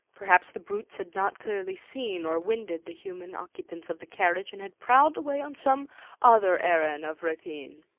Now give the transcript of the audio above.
perhaps the brutes had not clearly seen or winded the human occupants of the carriage, and had prowled away on some other errand of rapine.